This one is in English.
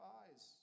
eyes